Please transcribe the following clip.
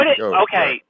Okay